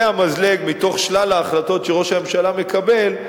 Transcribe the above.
המזלג משלל ההחלטות שראש הממשלה מקבל.